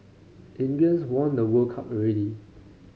England's won the World Cup already